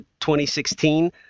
2016